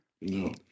No